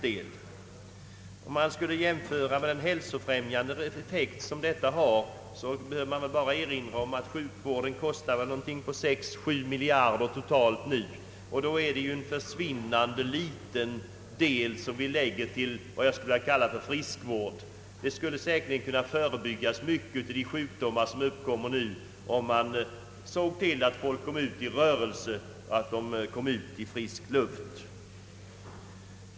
Om man skall värdera den hälsofrämjande effekten, behöver man bara erinra om att sjukvården nu kostar sex å sju miljarder totalt per år. Det är en försvinnande liten del av detta belopp som vi ger till vad jag skulle vilja kalla friskvård. Man skulle säkert kunna förebygga många av de sjukdomar som nu uppkommer om man såg till att folk fick rörelse och kom ut i frisk luft. Herr talman!